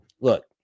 Look